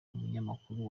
umunyamakuru